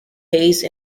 haze